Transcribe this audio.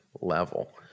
level